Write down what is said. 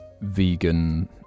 Vegan